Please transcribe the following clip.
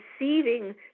receiving